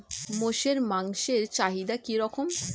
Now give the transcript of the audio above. মোষের মাংসের চাহিদা কি রকম?